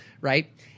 right